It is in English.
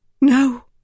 No